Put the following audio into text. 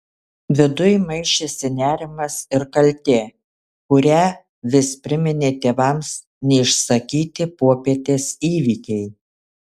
viduj maišėsi nerimas ir kaltė kurią vis priminė tėvams neišsakyti popietės įvykiai